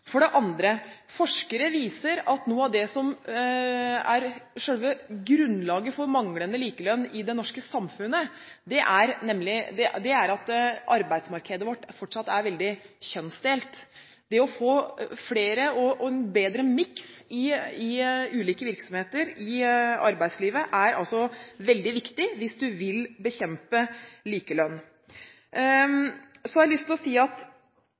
For det andre: Forskere viser at noe av det som er selve grunnlaget for manglende likelønn i det norske samfunnet, er at arbeidsmarkedet vårt fortsatt er veldig kjønnsdelt. Det å få flere og en bedre miks i ulike virksomheter i arbeidslivet, er veldig viktig hvis man vil kjempe for likelønn. Jeg har lyst til å si at